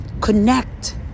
connect